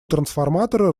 трансформатора